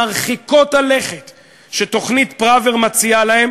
מרחיקות הלכת שתוכנית פראוור מציעה להם,